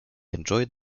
enjoyed